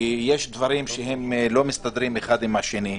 כי יש דברים שלא מסתדרים אחד עם השני.